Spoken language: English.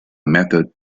method